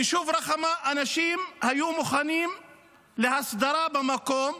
ביישוב רחמה האנשים היו מוכנים להסדרה במקום,